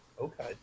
okay